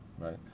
right